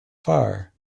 far